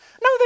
no